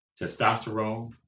testosterone